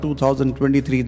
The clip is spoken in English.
2023